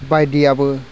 बायदिआबो